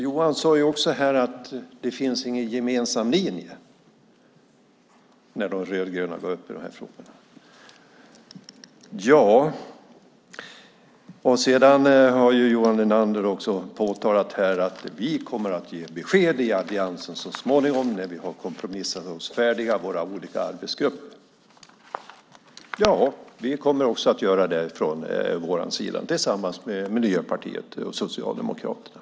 Johan sade att det inte finns någon gemensam linje när de rödgröna går upp i talarstolen i dessa frågor. Johan Linander har även påtalat att alliansen kommer att ge besked så småningom, när de har kompromissat färdigt i de olika arbetsgrupperna. Ja, det kommer vi också att göra, tillsammans med Miljöpartiet och Socialdemokraterna.